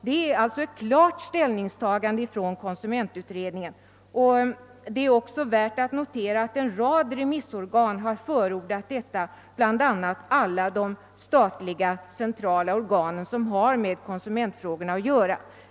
Värt att notera är också att en rad remissorgan har förordat en anknytning till länsstyrelsen, bl.a. alla de statliga organ som har med konsumentfrågorna att göra.